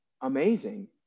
amazing